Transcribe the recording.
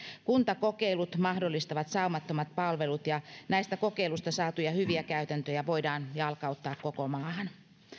kuntakokeilut mahdollistavat saumattomat palvelut ja näistä kokeiluista saatuja hyviä käytäntöjä voidaan jalkauttaa koko maahan